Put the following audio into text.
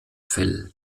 fell